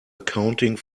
accounting